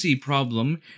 problem